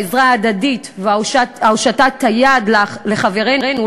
עזרה הדדית והושטת היד לחברנו,